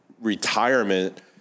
retirement